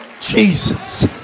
Jesus